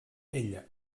ella